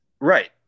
Right